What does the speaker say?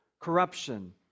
corruption